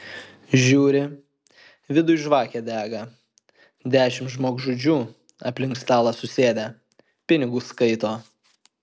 žiūri viduj žvakė dega dešimt žmogžudžių aplink stalą susėdę pinigus skaito